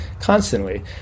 constantly